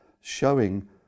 showing